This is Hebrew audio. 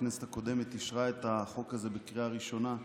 הכנסת הקודמת אישרה את החוק הזה בקריאה ראשונה,